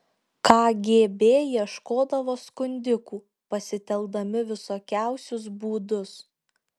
kgb ieškodavo skundikų pasitelkdami visokiausius būdus